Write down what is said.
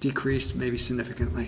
decreased maybe significantly